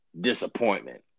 disappointment